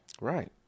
right